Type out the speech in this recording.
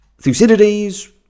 Thucydides